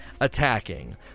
attacking